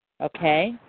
Okay